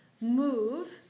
move